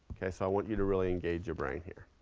okay, so i want you to really engage your brain here.